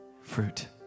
fruit